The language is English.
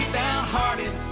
downhearted